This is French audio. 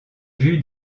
vue